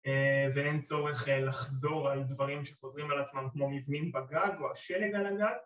ואין צורך לחזור על דברים שחוזרים על עצמם כמו מבנים בגג או השלג על הגג